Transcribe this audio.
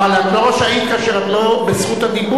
אבל את לא רשאית כאשר את לא ברשות הדיבור,